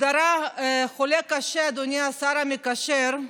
אדוני השר המקשר,